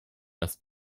das